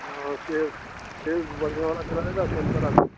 हाँ सेब सेब बढ़िया वाला चला जाएगा संतरा भी